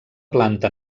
planta